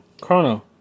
Chrono